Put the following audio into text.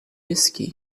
esqui